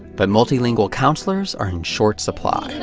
but multilingual counselors are in short supply.